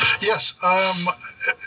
Yes